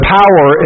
power